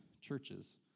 churches